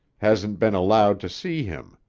hasn't been allowed to see him.